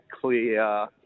clear